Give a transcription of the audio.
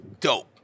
dope